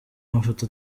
amafoto